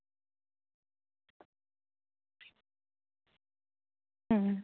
ᱦᱩᱸ